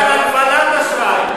על הגבלת אשראי.